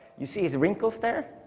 you see his wrinkles there?